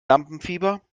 lampenfieber